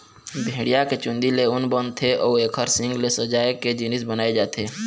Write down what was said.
भेड़िया के चूंदी ले ऊन बनथे अउ एखर सींग ले सजाए के जिनिस बनाए जाथे